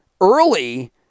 early